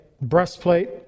breastplate